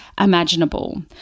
imaginable